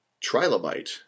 Trilobite